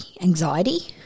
anxiety